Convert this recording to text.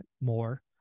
more